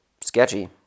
sketchy